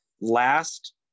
last